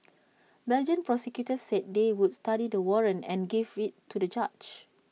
Belgian prosecutors said they would study the warrant and give IT to A judge